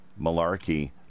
malarkey